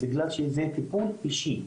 בגלל שזה טיפול אישי,